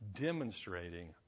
demonstrating